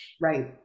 right